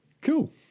cool